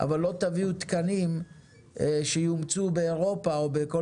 אבל לא תביאו תקנים שיאומצו באירופה או בכל